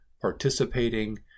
participating